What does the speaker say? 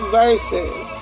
verses